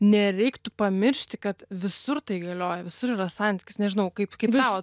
nereiktų pamiršti kad visur tai galioja visur yra santykis nežinau kaip kaip tau